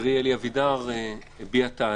חברי אלי אבידר הביע טענה.